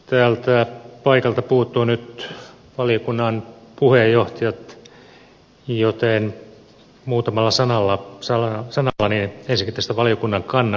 täältä paikalta puuttuvat nyt valiokunnan puheenjohtajat joten muutamalla sanalla ensinnäkin tästä valiokunnan kannanotosta